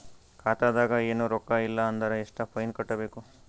ಖಾತಾದಾಗ ಏನು ರೊಕ್ಕ ಇಲ್ಲ ಅಂದರ ಎಷ್ಟ ಫೈನ್ ಕಟ್ಟಬೇಕು?